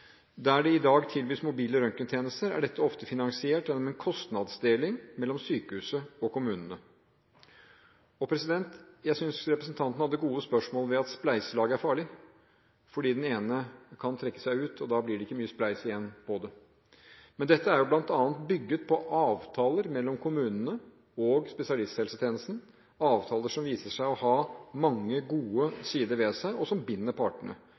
Der det i dag tilbys mobile røntgentjenester, er dette ofte finansiert gjennom en kostnadsdeling mellom sykehuset og kommunene. Jeg synes representanten hadde gode synspunkt på at spleiselag er farlig, fordi den ene kan trekke seg ut, og da blir det ikke mye spleising igjen. Kostnadsdelingene er bl.a. bygget på avtaler mellom kommunene og spesialisthelsetjenesten – avtaler som viser seg å ha mange gode sider ved seg, og som binder partene.